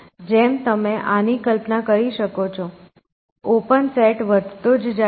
જેમ તમે આની કલ્પના કરી શકો છો ઓપન સેટ વધતો જ જાય છે